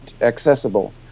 accessible